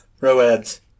Roads